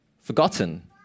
forgotten